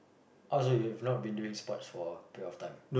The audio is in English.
oh so you you've not been doing sports for a period of time